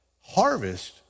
harvest